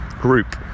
group